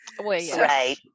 Right